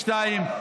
שתיים,